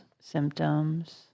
symptoms